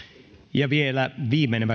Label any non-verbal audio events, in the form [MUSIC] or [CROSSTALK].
ja vielä viimeinen [UNINTELLIGIBLE]